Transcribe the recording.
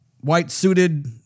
white-suited